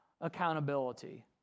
accountability